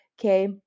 Okay